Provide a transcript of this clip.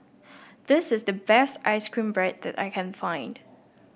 this is the best ice cream bread that I can find